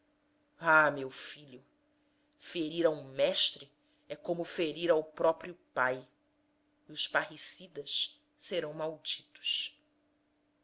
ah meu filho ferir a um mestre é como ferir ao próprio pai e os parricidas serão malditos